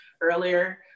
earlier